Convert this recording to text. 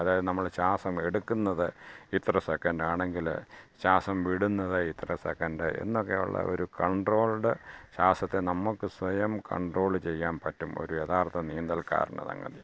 അത് നമ്മുടെ ശ്വാസം എടുക്കുന്നത് ഇത്ര സെക്കൻ്റ് ആണെങ്കിൽ ശ്വാസം വിടുന്നത് ഇത്ര സെക്കൻ്റ് എന്നൊക്കെ ഉള്ള ഒരു കൺട്രോൾഡ് ശ്വാസത്തെ നമുക്ക് സ്വയം കണ്ട്രോള് ചെയ്യാൻ പറ്റും ഒരു യഥാർത്ഥ നീന്തൽകാരൻ അതങ്ങനെ